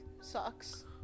sucks